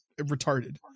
retarded